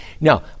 Now